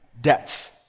debts